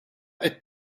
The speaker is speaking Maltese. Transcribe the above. qed